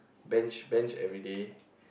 bench bench everyday